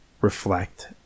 reflect